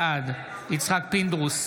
בעד יצחק פינדרוס,